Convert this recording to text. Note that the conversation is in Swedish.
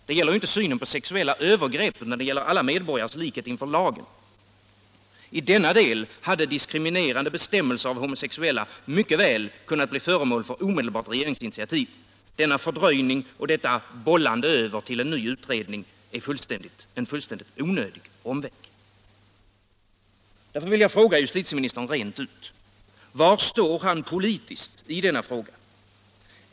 Det gäller inte synen på sexuella övergrepp utan det gäller alla medborgares likhet inför lagen. I denna del hade diskriminerande bestämmelser mot homosexuella mycket väl kunnat bli föremål för omedelbart regeringsinitiativ. Denna fördröjning och detta bollande över till en ny utredning är en fullständigt onödig omväg. Jag vill därför fråga justitieministern rent ut: Var står justitieministern politiskt i denna fråga?